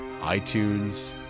iTunes